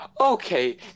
Okay